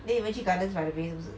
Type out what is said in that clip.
then 你们去 gardens by the bay 是不是